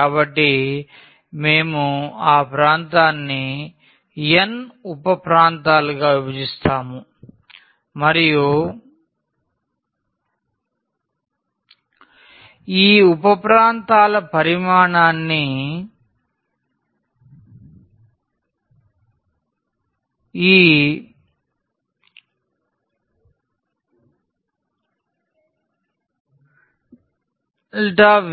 కాబట్టి మేము ఆ ప్రాంతాన్ని n ఉప ప్రాంతాలుగా విభజిస్తాము మరియు ఈ ఉప ప్రాంతాల పరిమాణాన్ని ఈ